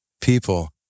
people